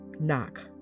Knock